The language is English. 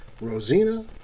Rosina